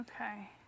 Okay